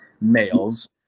males